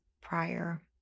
prior